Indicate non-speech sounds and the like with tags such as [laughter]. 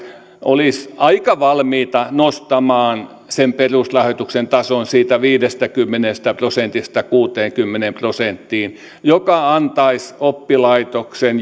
olisivat aika valmiita nostamaan sen perusrahoituksen tason siitä viidestäkymmenestä prosentista kuuteenkymmeneen prosenttiin mikä antaisi oppilaitosten [unintelligible]